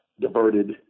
diverted